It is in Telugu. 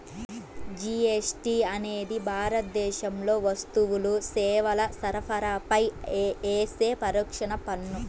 జీఎస్టీ అనేది భారతదేశంలో వస్తువులు, సేవల సరఫరాపై యేసే పరోక్ష పన్ను